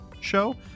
show